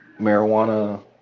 marijuana